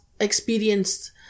experienced